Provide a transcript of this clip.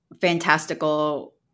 fantastical